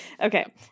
Okay